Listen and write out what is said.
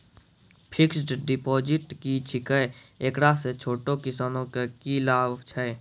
Fixed deposit की छिकै, एकरा से छोटो किसानों के की लाभ छै?